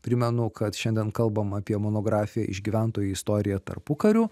primenu kad šiandien kalbam apie monografiją išgyventoji istorija tarpukariu